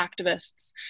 activists